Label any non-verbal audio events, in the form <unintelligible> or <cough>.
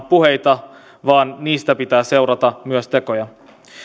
<unintelligible> puheita vaan niistä pitää seurata myös tekoja